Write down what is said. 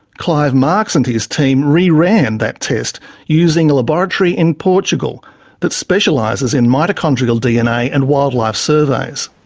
clive marks and his team re-ran that test using a laboratory in portugal that specialises in mitochondrial dna and wildlife surveys.